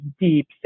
deep